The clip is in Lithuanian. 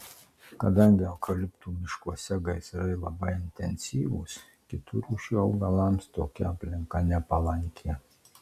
kadangi eukaliptų miškuose gaisrai labai intensyvūs kitų rūšių augalams tokia aplinka nepalanki